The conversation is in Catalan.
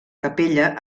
capella